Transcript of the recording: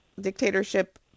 dictatorship